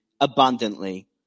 abundantly